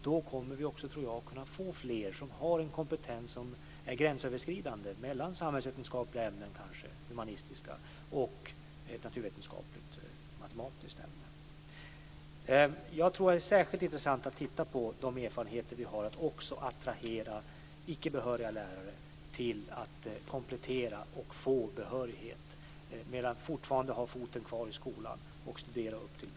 Då kommer vi också att kunna få fler som har en kompetens som är gränsöverskridande mellan kanske samhällsvetenskapliga och humanistiska ämnen och ett naturvetenskapligt-matematiskt ämne. Det är särskilt intressant att titta på de erfarenheter vi har av att också attrahera icke-behöriga lärare till att komplettera och få behörighet medan de fortfarande har foten kvar i skolan så att de studerar till behörighet.